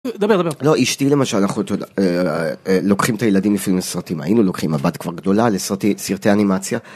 דבר דבר לא אשתי למשל לוקחים את הילדים לפעמים לסרטים היינו לוקחים הבת כבר גדולה לסרטי אנימציה.